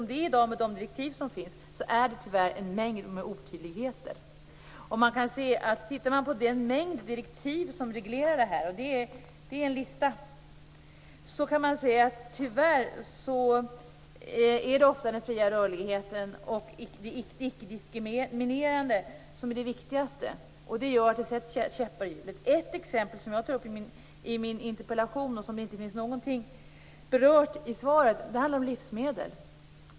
De direktiv som i dag finns innehåller tyvärr en mängd otydligheter. Om man tittar på den mängd direktiv som reglerar detta, vilket är en lista, kan man se att det tyvärr är den fria rörligheten och det ickediskriminerande som är det viktigaste. Det gör att det sätts käppar i hjulet. Ett exempel som jag tar upp i min interpellation och som inte berörs i svaret handlar om livsmedel.